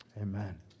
Amen